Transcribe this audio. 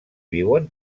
viuen